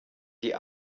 die